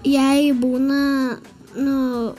jei būna nu